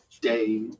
day